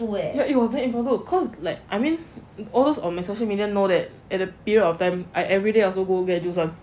it was very impromptu cause like I mean all of my social media know that at a period of time I everyday also go Get Juiced [one]